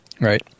Right